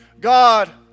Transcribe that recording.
God